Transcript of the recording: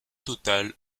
total